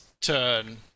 turn